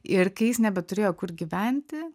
ir kai jis nebeturėjo kur gyventi